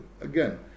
Again